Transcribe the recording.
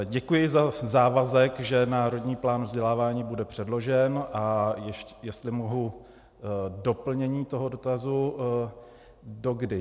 Děkuji za závazek, že Národní plán vzdělávání bude předložen, a jestli mohu doplnění toho dotazu, dokdy.